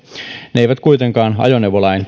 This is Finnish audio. ne eivät kuitenkaan ajoneuvolain